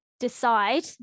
decide